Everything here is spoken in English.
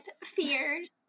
fears